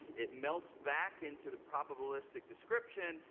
it melts back into the probabilistic description,